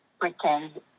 pretend